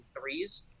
threes